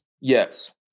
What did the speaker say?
Yes